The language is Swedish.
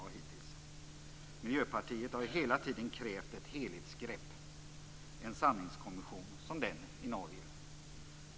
Miljöpartiet har hela tiden krävt ett helhetsgrepp, en sanningskommission som den i Norge.